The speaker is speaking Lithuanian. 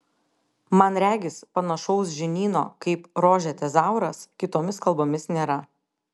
man regis panašaus žinyno kaip rože tezauras kitomis kalbomis nėra